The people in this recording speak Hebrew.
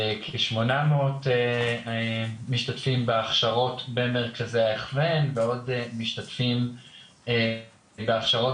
כ-800 משתתפים בהכשרות במרכזי ההכוון ועוד משתתפים בהכשרות